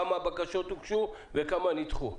כמה בקשות הוגשו וכמה נדחו.